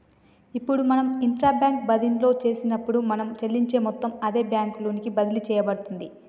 ఇప్పుడు మనం intra bank బదిన్లో చేసినప్పుడు మనం చెల్లించే మొత్తం అదే బ్యాంకు లోకి బదిలి సేయబడుతుంది